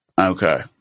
Okay